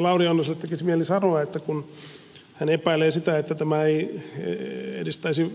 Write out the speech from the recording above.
lauri oinoselle tekisi mieli sanoa että kun hän epäilee sitä että tämä ei edistäisi